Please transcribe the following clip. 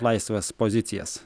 laisvės pozicijas